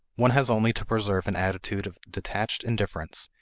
one has only to preserve an attitude of detached indifference,